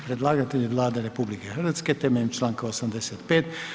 Predlagatelj je Vlada RH temeljem članka 85.